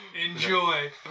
Enjoy